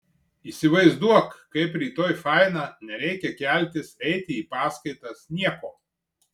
įsivaizduok kaip rytoj faina nereikia keltis eiti į paskaitas nieko